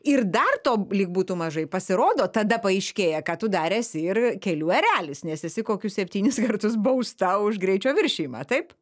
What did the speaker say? ir dar to lyg būtų mažai pasirodo tada paaiškėja kad tu dar esi ir kelių erelis nes esi kokius septynis kartus bausta už greičio viršijimą taip